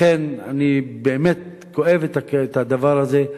לכן אני באמת כואב את הדבר הזה,